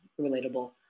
relatable